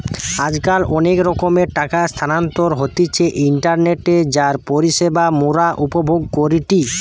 আজকাল অনেক রকমের টাকা স্থানান্তর হতিছে ইন্টারনেটে যার পরিষেবা মোরা উপভোগ করিটি